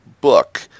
book